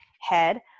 head